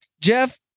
Jeff